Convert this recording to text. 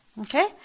okay